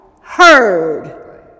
heard